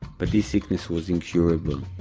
but this sickness was incurable,